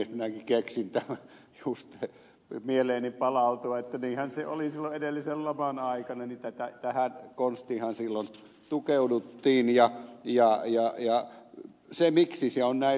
minäkin keksin tämän juuri mieleeni palautui että niinhän se oli silloin edellisen laman aikana tähän konstiinhan silloin tukeuduttiin ja miksi se on näin lyhyen aikaa